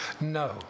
No